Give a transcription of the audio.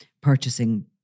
purchasing